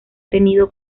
tenido